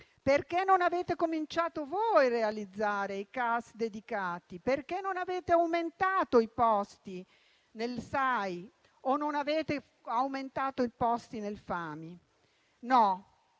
Perché non avete cominciato voi a realizzare i CAS dedicati? Perché non avete aumentato i posti nel SAI e nel FAMI? No,